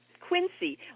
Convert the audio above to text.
Quincy